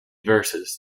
verses